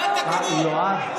נהוג, נהוג.